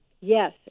Yes